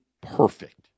perfect